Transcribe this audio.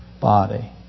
body